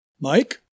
Mike